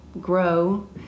grow